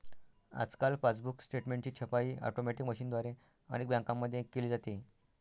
आजकाल पासबुक स्टेटमेंटची छपाई ऑटोमॅटिक मशीनद्वारे अनेक बँकांमध्ये केली जाते